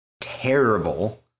terrible